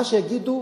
מה שיגידו,